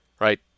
right